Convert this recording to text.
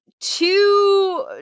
two